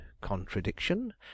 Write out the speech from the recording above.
contradiction